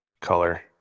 color